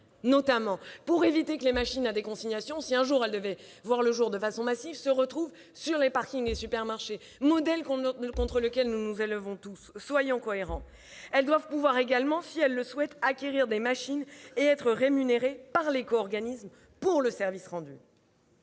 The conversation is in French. particulier, pour éviter que ces machines, si elles devaient voir le jour de façon massive, se retrouvent sur les parkings des supermarchés, modèle contre lequel nous nous élevons tous. Soyons cohérents ! Les collectivités doivent également pouvoir, si elles le souhaitent, acquérir des machines et être rémunérées par l'éco-organisme pour le service rendu.